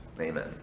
Amen